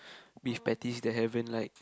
beef patties that haven't like